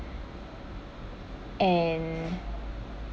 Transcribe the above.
and